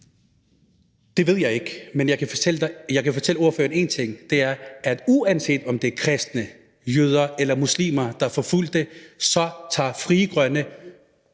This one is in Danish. Det ved jeg ikke. Men jeg kan fortælle ordføreren én ting, og det er, at uanset om det er kristne, jøder eller muslimer, der er forfulgt, så tager Frie Grønne